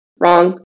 Wrong